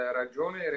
ragione